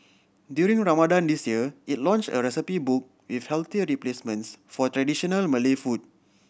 during Ramadan this year it launched a recipe book with healthier replacements for traditional Malay food